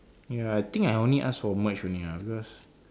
ya I think I only ask for merch only ah because